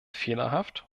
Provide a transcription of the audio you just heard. fehlerhaft